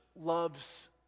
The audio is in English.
loves